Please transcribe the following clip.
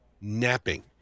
napping